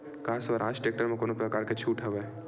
का स्वराज टेक्टर म कोनो प्रकार के छूट हवय?